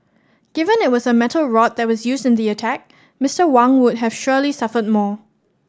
given it was a metal rod that was used in the attack Mister Wang would have surely suffered more